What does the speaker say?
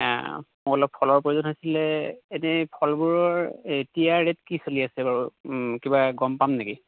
মোক অলপ ফলৰ প্ৰয়োজন হৈছিলে এনেই ফলবোৰৰ এতিয়া ৰেট কি চলি আছে বাৰু কিবা গম পাম নেকি